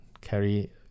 carry